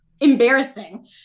Embarrassing